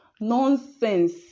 Nonsense